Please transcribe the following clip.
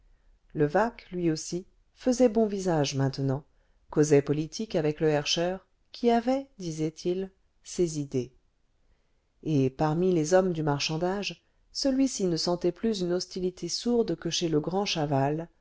levaque lui aussi faisait bon visage maintenant causait politique avec le herscheur qui avait disait-il ses idées et parmi les hommes du marchandage celui-ci ne sentait plus une hostilité sourde que chez le grand chaval